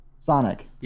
Sonic